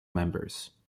members